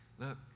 Look